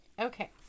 Okay